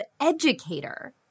educator